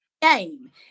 Game